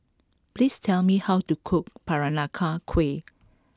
please tell me how to cook Peranakan Kueh